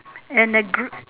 and the gr